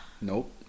nope